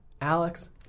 Alex